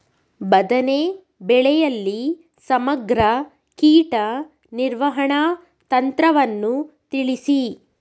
ಬದನೆ ಬೆಳೆಯಲ್ಲಿ ಸಮಗ್ರ ಕೀಟ ನಿರ್ವಹಣಾ ತಂತ್ರವನ್ನು ತಿಳಿಸಿ?